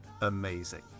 amazing